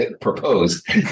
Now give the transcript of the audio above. proposed